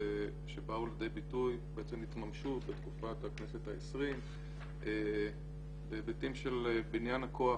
שבאו לידי ביטוי והתממשו בתקופת הכנסת ה-20 בהיבטים של בניין הכוח,